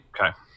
Okay